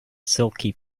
silky